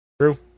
True